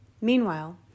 Meanwhile